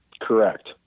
Correct